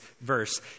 verse—